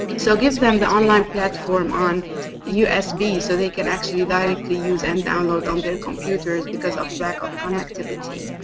so give them the online platform on usb so they can actually directly use and download on their computers because of lack of connectivity.